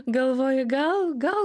galvoju gal gal